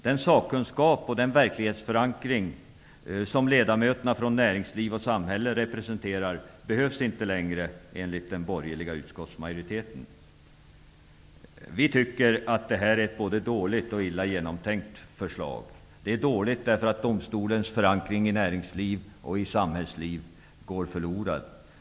Den sakkunskap och den verklighetsförankring som ledamöterna från näringsliv och samhälle representerar behövs enligt den borgerliga utskottsmajoriteten inte längre. Vi tycker att det här är ett både dåligt och illa genomtänkt förslag. Det är dåligt därför att domstolens förankring i näringsliv och i samhällsliv går förlorad.